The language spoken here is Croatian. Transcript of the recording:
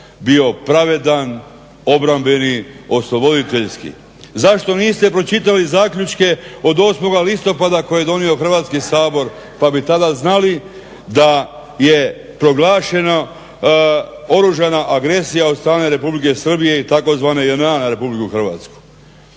bio pravedan, obrambeni, osloboditeljski? Zašto niste pročitali zaključke od 8. listopada koje je donio Hrvatski sabor pa bi tada znali da je proglašena oružana agresija od strane Republike Srbije i tzv. JNA na Republiku Hrvatsku?